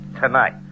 tonight